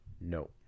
no